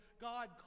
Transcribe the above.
God